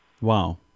Wow